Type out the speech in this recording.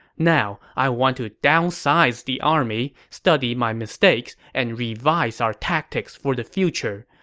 now, i want to downsize the army, study my mistakes, and revise our tactics for the future.